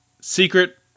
secret